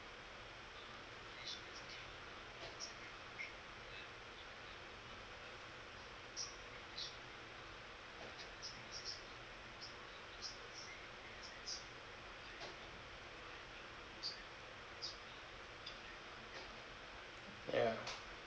ya